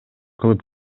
кылып